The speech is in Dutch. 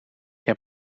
heb